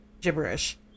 gibberish